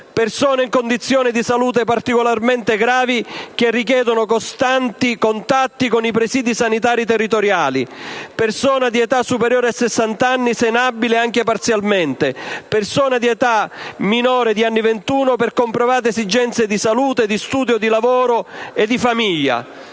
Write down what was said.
persone in condizioni di salute particolarmente gravi, che richiedono costanti contatti con i presidi sanitari territoriali; persona di età superiore ai sessant'anni, se inabile anche parzialmente; persona di età minore di anni ventuno per comprovate esigenze di salute, di studio, di lavoro e di famiglia.